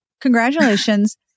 congratulations